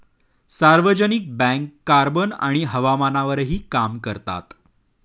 सार्वजनिक bank carbon आणि हवामानावरही काम करतात